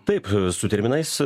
taip su terminais